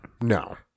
no